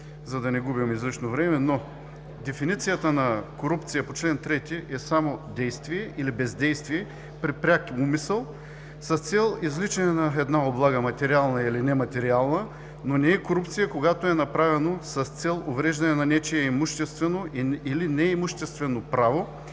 за да не губим излишно време, но дефиницията на корупция по чл. 3 е само действие или бездействие при пряк умисъл с цел извличане на една облага – материална или нематериална, но не е корупция, когато е направено с цел увреждане на нечие имуществено или неимуществено право